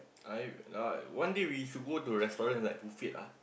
I I one day we should go to restaurants like buffet ah